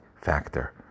factor